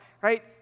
right